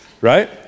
right